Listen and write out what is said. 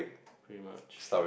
pretty much